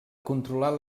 controlar